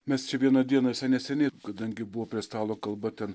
mes čia vieną dieną visai neseniai kadangi buvo prie stalo kalba ten